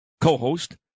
co-host